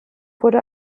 wurde